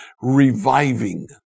reviving